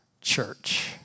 church